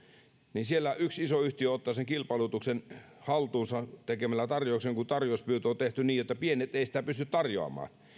niin siellä yksi iso yhtiö ottaa sen kilpailutuksen haltuunsa tekemällä tarjouksen kun tarjouspyyntö on tehty niin että pienet eivät pysty tarjoamaan